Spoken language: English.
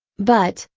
but,